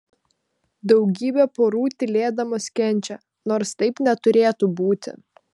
daugybė porų tylėdamos kenčia nors taip neturėtų būti